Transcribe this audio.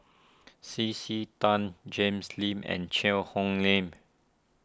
C C Tan Jims Lim and Cheang Hong Lim